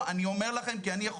אני יכול לומר כרופא,